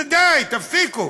די, תפסיקו.